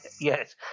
yes